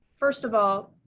first of all,